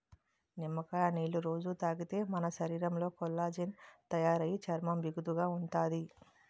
నిమ్మకాయ నీళ్ళు రొజూ తాగితే మన శరీరంలో కొల్లాజెన్ తయారయి చర్మం బిగుతుగా ఉంతాది